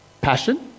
Passion